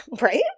Right